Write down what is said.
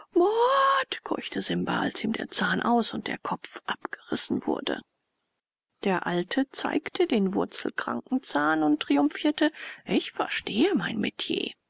keuchte simba als ihm der zahn aus und der kopf abgerissen wurde der alte zeigte den wurzelkranken zahn und triumphierte ich verstehe mein metier